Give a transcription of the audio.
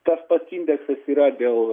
tas pats indeksas yra dėl